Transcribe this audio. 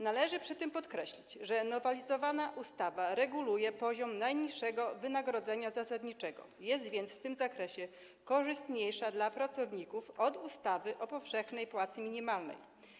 Należy przy tym podkreślić, że nowelizowana ustawa reguluje poziom najniższego wynagrodzenia zasadniczego, jest więc w tym zakresie korzystniejsza dla pracowników od ustawy o powszechnej płacy minimalnej.